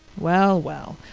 well, well,